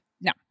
No